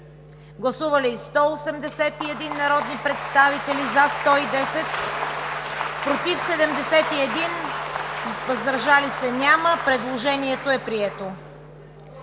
Гласували 92 народни представители: за 92, против и въздържали се няма. Предложението е прието.